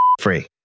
free